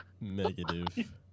Negative